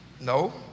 No